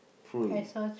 three